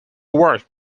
worked